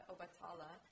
Obatala